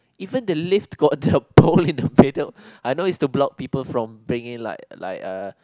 even the lift got the ball in the middle I know is the block people from bringing like like uh